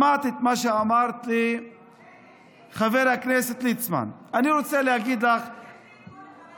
שמעת את מה שאמר חבר הכנסת ליצמן יש לי עדכון לחבר